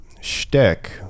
shtick